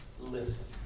listen